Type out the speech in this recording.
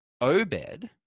Obed